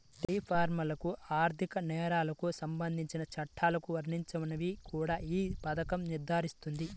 డిఫాల్టర్లకు ఆర్థిక నేరాలకు సంబంధించిన చట్టాలు వర్తించవని కూడా ఈ పథకం నిర్ధారిస్తుంది